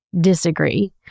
disagree